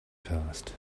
passed